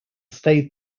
stayed